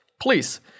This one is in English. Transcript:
please